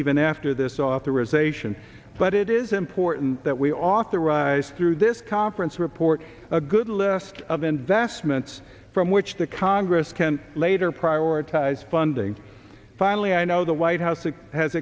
even after this authorization but it is important that we authorize through this conference report a good list of investments from which the congress can later prioritize funding finally i know the white house has